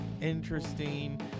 interesting